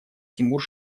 тимур